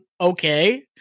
Okay